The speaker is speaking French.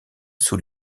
sous